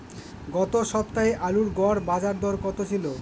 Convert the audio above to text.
গত সপ্তাহে আলুর গড় বাজারদর কত ছিল?